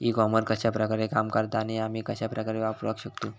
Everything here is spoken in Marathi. ई कॉमर्स कश्या प्रकारे काम करता आणि आमी कश्या प्रकारे वापराक शकतू?